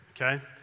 okay